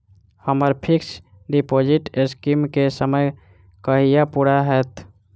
हम्मर fix deposit scheme केँ समय कहिया पूरा हैत?